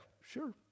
sure